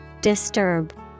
Disturb